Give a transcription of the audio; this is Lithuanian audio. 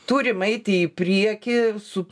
turim eiti į priekį su